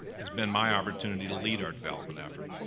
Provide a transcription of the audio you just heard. has been my opportunity to lead our development efforts.